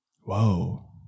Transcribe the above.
Whoa